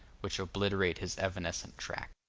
which obliterate his evanescent track.